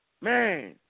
Man